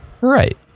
right